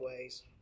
ways